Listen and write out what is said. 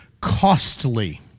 costly